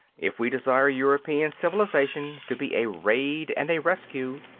if we desire european civilization to be a raid and a rescue,